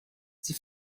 sie